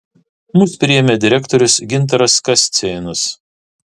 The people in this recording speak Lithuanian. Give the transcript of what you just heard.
mus priėmė direktorius gintaras kascėnas